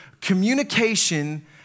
communication